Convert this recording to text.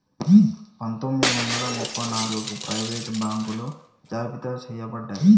పందొమ్మిది వందల ముప్ప నాలుగగు ప్రైవేట్ బాంకులు జాబితా చెయ్యబడ్డాయి